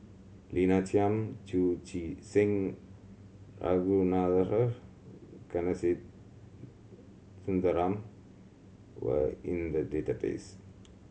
Lina Chiam Chu Chee Seng Ragunathar Kanagasuntheram were in the database